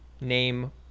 name